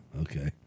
Okay